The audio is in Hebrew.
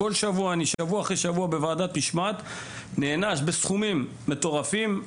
שבוע אחרי שבוע אני בוועדת משמעת ונענש בסכומים מטורפים,